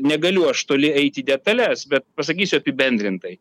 negaliu aš toli eiti į detales bet pasakysiu apibendrintai